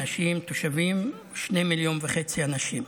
נשים, תושבים, שניים וחצי מיליון אנשים.